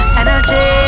energy